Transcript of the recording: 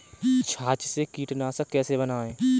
छाछ से कीटनाशक कैसे बनाएँ?